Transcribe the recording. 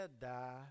die